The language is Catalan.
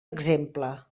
exemple